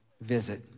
visit